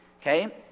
Okay